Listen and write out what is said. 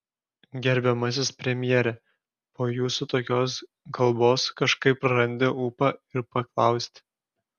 gerbiamasis premjere po jūsų tokios kalbos kažkaip prarandi ūpą ir paklausti